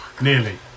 Nearly